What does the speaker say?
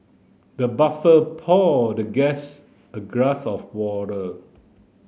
the poured the guest a glass of water